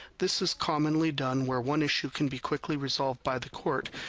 this is commonly done where one issue can be quickly resolved by the court,